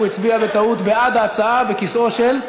שהוא הצביע בטעות בעד ההצעה בכיסאו של,